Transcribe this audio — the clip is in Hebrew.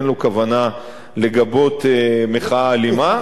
אין לו כוונה לגבות מחאה אלימה.